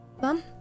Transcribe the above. Mom